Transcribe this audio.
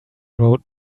wrote